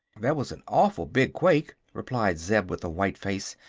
that was an awful big quake, replied zeb, with a white face.